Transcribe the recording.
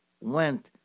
went